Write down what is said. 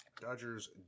Dodgers